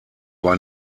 war